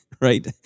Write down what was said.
right